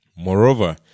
Moreover